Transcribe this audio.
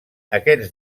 aquests